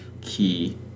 key